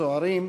סוהרים,